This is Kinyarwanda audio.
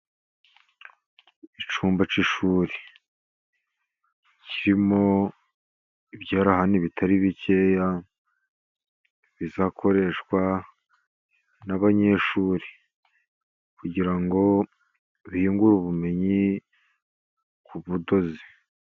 Icyumba cy'ishuri kirimo ibyarahani bitari bikeya, bizakoreshwa n'abanyeshuri, kugira ngo biyungure ubumenyi ku budozi.